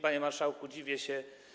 Panie marszałku, dziwię się.